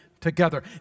together